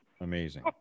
amazing